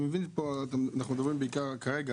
אני מבין שאנחנו מדברים בעיקר כרגע,